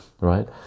right